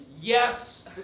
Yes